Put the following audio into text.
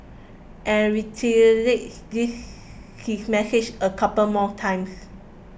and this his message a couple more times